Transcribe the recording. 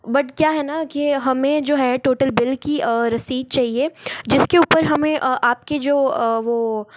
but क्या है न कि हमें जो है टोटल बिल की रसीद चहिए जिसके ऊपर हमें आपकी जो वह